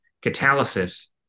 catalysis